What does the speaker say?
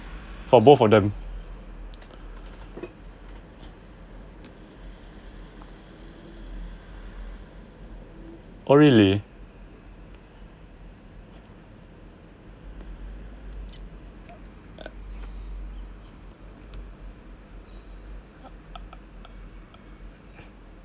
for both of them oh really